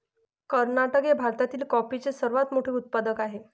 कर्नाटक हे भारतातील कॉफीचे सर्वात मोठे उत्पादक आहे